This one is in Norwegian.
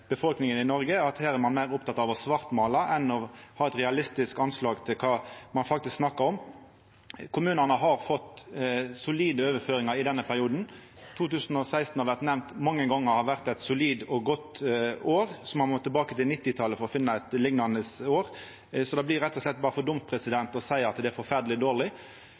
befolkninga i Norge om at her er ein meir oppteken av å svartmåla enn å ha eit realistisk anslag for kva ein faktisk snakkar om. Kommunane har fått solide overføringar i denne perioden. 2016, som har vore nemnt mange gonger, har vore eit solid og godt år. Ein må tilbake til 1990-talet for å finna eit liknande år. Det blir rett og slett for dumt å seia at det er forferdeleg dårleg.